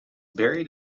buried